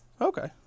Okay